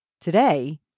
Today